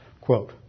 Quote